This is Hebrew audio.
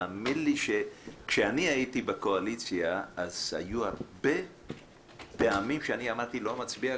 כשהייתי בקואליציה הרבה פעמים אמרתי: לא מצביע,